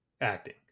acting